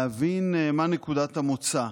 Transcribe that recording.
להבין מה נקודת המוצא.